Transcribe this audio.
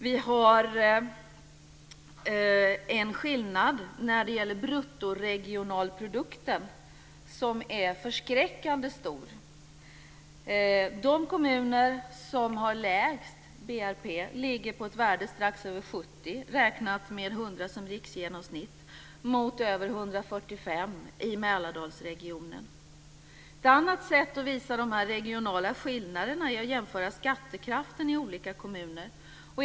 Vi har en skillnad när det gäller bruttoregionalprodukten som är förskräckande stor. De kommuner som har lägst BRP ligger på ett värde strax över 70 räknat med 100 som riksgenomsnitt mot över 145 i Mälardalsregionen. Ett annat sätt att visa de här regionala skillnaderna är att jämföra skattekraften i olika kommuner.